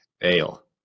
Ale